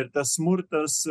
ir tas smurtas